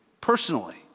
personally